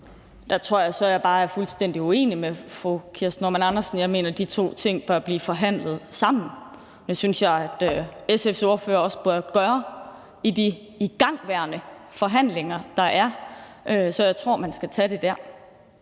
altså, jeg bare er fuldstændig uenig med fru Kirsten Normann Andersen. Jeg mener, de to ting bør blive forhandlet sammen. Det synes jeg at SF's ordfører også bør gøre i de igangværende forhandlinger. Så jeg tror, man skal tage det der.